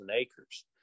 acres